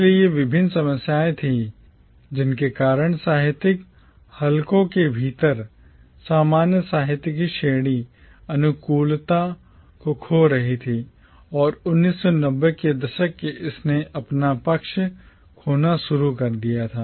इसलिए ये विभिन्न समस्याएं थीं जिनके कारण साहित्यिक हलकों के भीतर सामान्य साहित्य की श्रेणी अनुकूलता खो रही थी और 1990 के दशक से इसने अपना पक्ष खोना शुरू कर दिया था